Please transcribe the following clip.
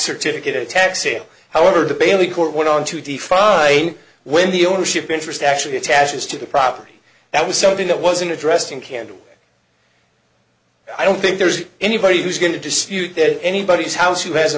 certificate a tax sale however the bailey court went on to defy when the ownership interest actually attaches to the property that was something that wasn't addressed and can't i don't think there's anybody who's going to dispute that anybody's house who has a